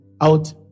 out